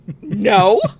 no